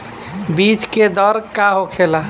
बीज के दर का होखेला?